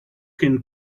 can